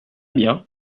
bien